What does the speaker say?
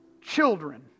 Children